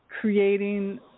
creating